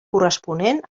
corresponent